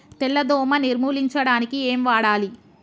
తెల్ల దోమ నిర్ములించడానికి ఏం వాడాలి?